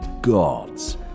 gods